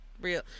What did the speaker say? real